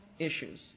issues